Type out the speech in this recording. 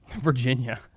Virginia